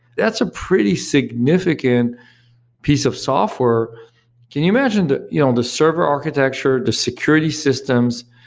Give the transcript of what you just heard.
that's a pretty significant piece of software can you imagine that you know the server architecture? the security systems?